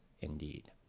indeed